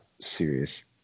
serious